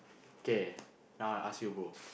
okay now I ask you brother